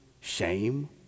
shame